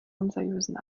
unseriösen